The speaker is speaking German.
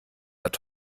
hat